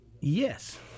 Yes